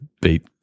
beat